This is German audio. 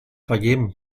vergeben